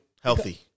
healthy